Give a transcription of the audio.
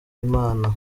imana